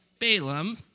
Balaam